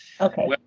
okay